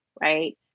right